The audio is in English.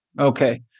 Okay